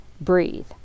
breathe